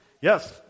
Yes